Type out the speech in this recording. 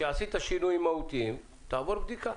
כשעשית שינויים מהותיים תעבור בדיקה.